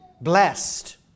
blessed